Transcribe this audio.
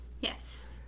Yes